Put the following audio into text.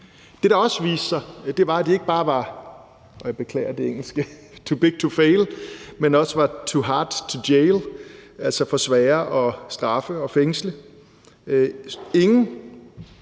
Det, der også viste sig, var, at de ikke bare var – og jeg beklager det engelske – too big to fail, men også var too hard to jail, altså for svære at straffe og fængsle. Ingen